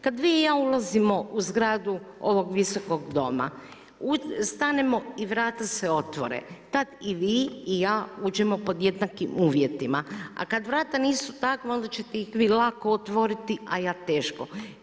Kada vi i ja ulazimo u zgradu ovog Visokog doma, stanemo i vrata se otvore, tada i vi i ja uđemo pod jednakim uvjetima a kada vrata nisu takva onda ćete ih vi lako otvoriti a ja teško.